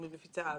מפיצה אג"ח.